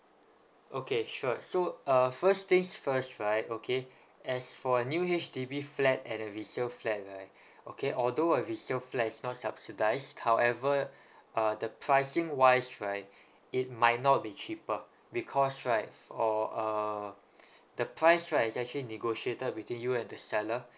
okay sure so uh first things first right okay as for a new H_D_B flat and a resale flat right okay although a resale flat is not subsidised however uh the pricing wise right it might not be cheaper because right for uh the price right is actually negotiated between you and the seller